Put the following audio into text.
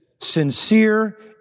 sincere